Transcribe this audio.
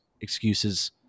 excuses